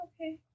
Okay